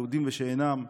יהודים ושאינם יהודים.